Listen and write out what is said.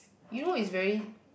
you know is very